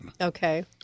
Okay